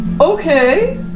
Okay